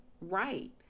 right